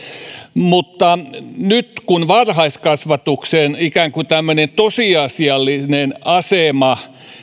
mutta nyt kun varhaiskasvatuksen ikään kuin tämmöinen tosiasiallinen asema